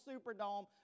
Superdome